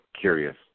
curious